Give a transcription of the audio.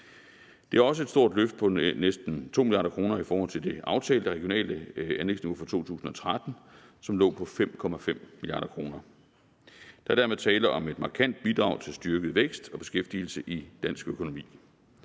Det er også et stort løft på næsten 2 mia. kr. i forhold til det aftalte regionale anlægsniveau for 2013, som lå på 5,5 mia. kr. Der er dermed tale om et markant bidrag til styrket vækst og beskæftigelse i dansk økonomi.